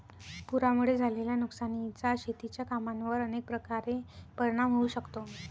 पुरामुळे झालेल्या नुकसानीचा शेतीच्या कामांवर अनेक प्रकारे परिणाम होऊ शकतो